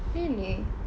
really